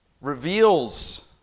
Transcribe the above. reveals